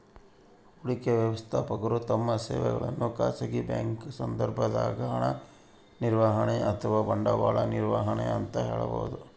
ಹೂಡಿಕೆ ವ್ಯವಸ್ಥಾಪಕರು ತಮ್ಮ ಸೇವೆಗಳನ್ನು ಖಾಸಗಿ ಬ್ಯಾಂಕಿಂಗ್ ಸಂದರ್ಭದಾಗ ಹಣ ನಿರ್ವಹಣೆ ಅಥವಾ ಬಂಡವಾಳ ನಿರ್ವಹಣೆ ಅಂತ ಹೇಳಬೋದು